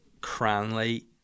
Cranley